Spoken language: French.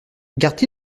gardent